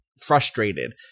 frustrated